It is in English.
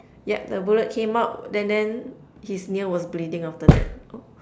yup the bullet came out and then his nail was bleeding after that